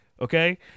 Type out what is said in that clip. Okay